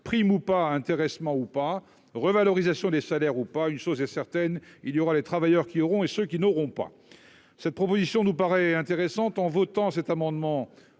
prime ou pas intéressement ou pas, revalorisation des salaires ou pas, une chose est certaine, il y aura les travailleurs qui auront et ceux qui n'auront pas cette proposition nous paraît intéressante en votant cet amendement